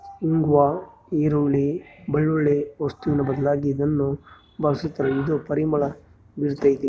ಇಂಗ್ವಾ ಈರುಳ್ಳಿ, ಬೆಳ್ಳುಳ್ಳಿ ವಸ್ತುವಿನ ಬದಲಾಗಿ ಇದನ್ನ ಬಳಸ್ತಾರ ಇದು ಪರಿಮಳ ಬೀರ್ತಾದ